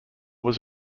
was